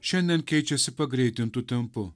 šiandien keičiasi pagreitintu tempu